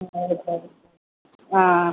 ആ